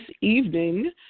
evening